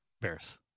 Bears